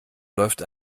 läuft